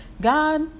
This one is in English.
God